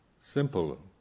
simple